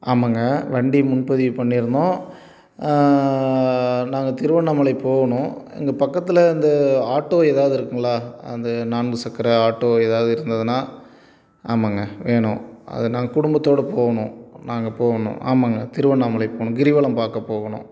ஆமாங்க வண்டி முன்பதிவு பண்ணியிருந்தோம் நாங்கள் திருவண்ணாமலை போகணும் இங்கே பக்கத்தில் இந்த ஆட்டோ ஏதாவது இருக்குதுங்களா அந்த நான்கு சக்கர ஆட்டோ ஏதாவது இருந்ததுன்னா ஆமாங்க வேணும் அது நாங்கள் குடும்பத்தோடு போகணும் நாங்கள் போகணும் ஆமாங்க திருவண்ணாமலை போகணும் கிரிவலம் பார்க்க போகணும்